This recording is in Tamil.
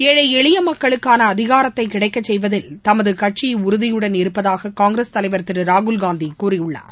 ஏழை எளியமக்களுக்கானஅதிகாரத்தைகிடைக்கசெய்வதில் தமதுகட்சிடறுதிபுடன் இருப்பதாககாங்கிரஸ் தலைவர் திருறாகுல்காந்திகூறியுள்ளார்